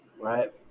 right